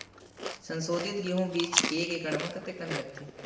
संसोधित गेहूं बीज एक एकड़ म कतेकन लगथे?